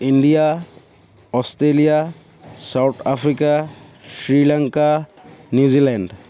India Australia south Africa Sri Lanka New Zealand